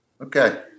Okay